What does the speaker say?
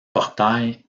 portail